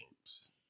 games